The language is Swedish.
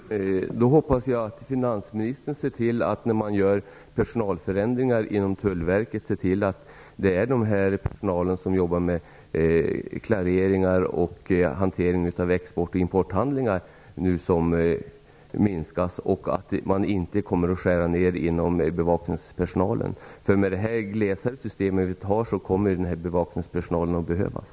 Fru talman! Då hoppas jag att finansministern ser till att det i samband med personalförändringar inom Tullverket är den personal som jobbar med klareringar och hantering av export och importhandlingar som minskas och att nedskärningar inte kommer att drabba bevakningspersonalen. Med det här glesare systemet kommer nämligen bevakningspersonalen att behövas.